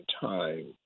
time